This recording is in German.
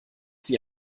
sie